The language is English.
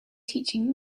teaching